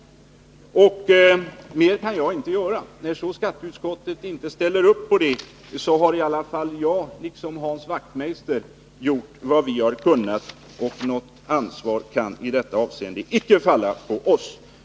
Mer kan jag inte göra. När skatteutskottet inte ställer upp på det har i alla fall jag och Hans Wachtmeister gjort vad vi har kunnat, och något ansvar kan i detta avseende icke falla på oss.